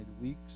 weeks